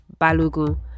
Balugu